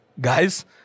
Guys